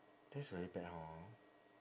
this very bad hor